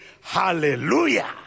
Hallelujah